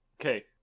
Okay